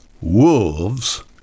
wolves